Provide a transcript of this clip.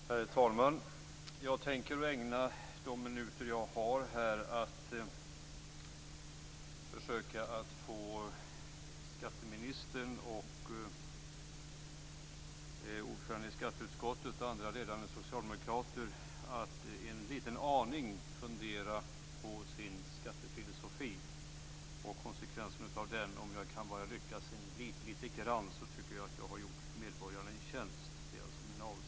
Herr talman! Jag tänker ägna de minuter som står till mitt förfogande åt att försöka få skatteministern, ordföranden i skatteutskottet och andra ledande socialdemokrater att en aning fundera på sin skattefilosofi och konsekvenserna av denna. Även om jag bara lyckas litet grand tycker jag att jag har gjort medborgarna en tjänst.